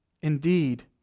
indeed